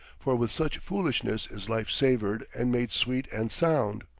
for with such foolishness is life savored and made sweet and sound!